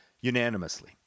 unanimously